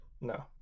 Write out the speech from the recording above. No